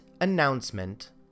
announcement